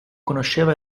conosceva